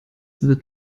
wird